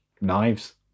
Knives